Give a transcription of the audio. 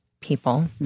people